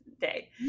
day